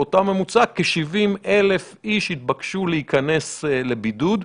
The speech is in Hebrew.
באותו ממוצע כ-70,000 איש התבקשו להיכנס לבידוד,